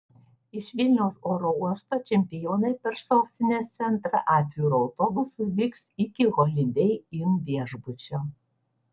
iš vilniaus oro uosto čempionai per sostinės centrą atviru autobusu vyks iki holidei inn viešbučio